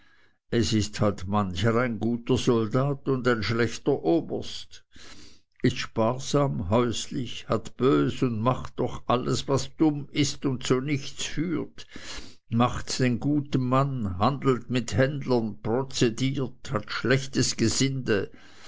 es ist halt mancher ein guter soldat und ein schlechter oberst ist sparsam häuslich hat bös und macht doch alles was dumm ist und zu nichts führt macht den guten mann handelt mit händlern prozediert hat schlechtes gesinde